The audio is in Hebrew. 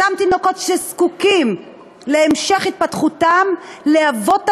אותם תינוקות שזקוקים להמשך התפתחותם לאבות המזון,